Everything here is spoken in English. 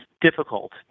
difficult